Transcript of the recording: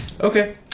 Okay